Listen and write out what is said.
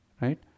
right